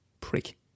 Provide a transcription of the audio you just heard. Prick